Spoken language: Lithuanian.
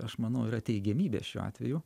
aš manau yra teigiamybė šiuo atveju